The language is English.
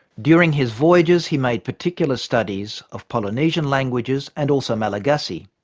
during his voyages he made particular studies of polynesian languages and also malagasy.